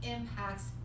impacts